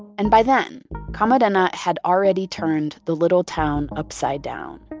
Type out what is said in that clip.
and by then camarena had already turned the little town upside down